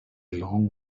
long